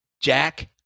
Jack